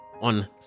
on